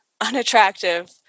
unattractive